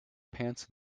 pants